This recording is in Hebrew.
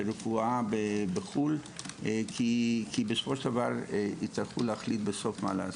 רפואה בחו"ל כי בסופו של דבר יצטרכו להחליט מה לעשות.